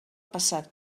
passat